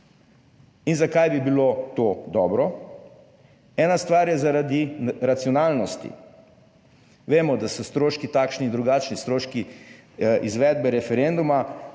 (Nadaljevanje) Ena stvar je, zaradi racionalnosti. Vemo, da so stroški takšni in drugačni stroški izvedbe referenduma,